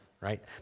right